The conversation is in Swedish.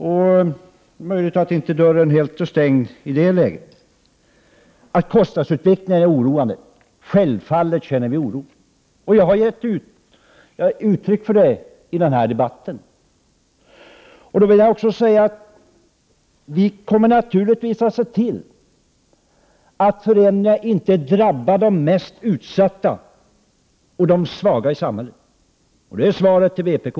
Det är möjligt att dörren inte är helt stängd i det avseendet. Självfallet känner vi oro över kostnadsutvecklingen. Jag har givit uttryck för det i den här debatten. Vi kommer naturligtvis att se till att förändringar inte drabbar de mest utsatta och de svaga i samhället. Det är svaret till vpk.